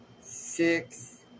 six